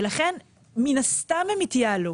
לכן מן הסתם הם יתייעלו.